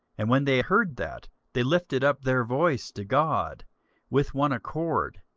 and when they heard that, they lifted up their voice to god with one accord,